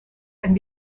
and